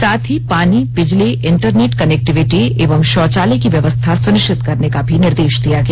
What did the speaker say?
साथ ही पानी बिजली इंटरनेट कनेक्टिविटी एवं शौचालय की व्यवस्था सुनिश्चित करने का भी निर्देश दिया गया